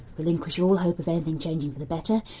relinquish all hope of anything changing for the better.